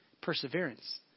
perseverance